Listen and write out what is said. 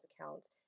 accounts